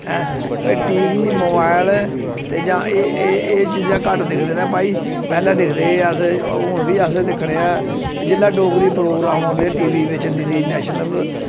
हैं भई T V mobile ते जां एह् एह् एह् चीजां घट्ट दिखदे ने भाई पैह्ले दिखदे हे अस हून बी अस दिक्खने आं ते जेल्लै डोगरी प्रोग्राम औंदे टी वी बिच्च डी डी नेशनल पर ते